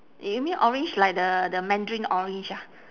you mean orange like the the mandarin orange ah